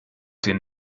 den